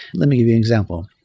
let me give you an example.